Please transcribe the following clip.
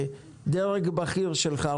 דרג בכיר שלך,